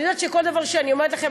אני יודעת שכל דבר שאני אומרת לכם,